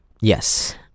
yes